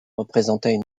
représentaient